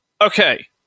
okay